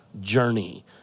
journey